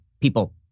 people